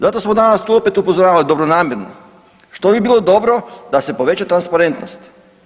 Zato smo danas tu opet upozoravali dobronamjerno što bi bilo dobro da se poveća transparentnost.